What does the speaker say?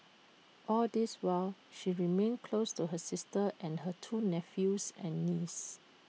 all this while she remained close to her sister and her two nephews and niece